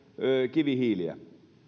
kivihiiliä